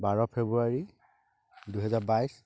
বাৰ ফেব্ৰুৱাৰী দুহেজাৰ বাইছ